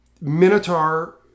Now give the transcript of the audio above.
Minotaur